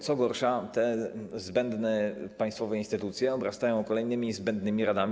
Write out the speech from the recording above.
Co gorsza, te zbędne państwowe instytucje obrastają kolejnymi zbędnymi radami.